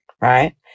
right